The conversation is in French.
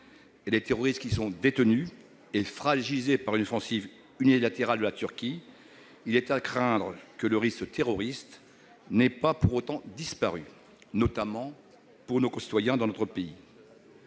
et des terroristes qui y sont détenus est fragilisé par une offensive unilatérale de la Turquie, il est à craindre que le risque terroriste n'ait pas pour autant disparu, notamment pour nos concitoyens, dans notre pays.